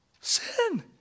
Sin